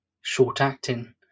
short-acting